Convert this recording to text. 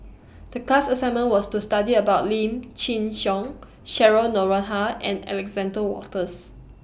The class assignment was to study about Lim Chin Siong Cheryl Noronha and Alexander Wolters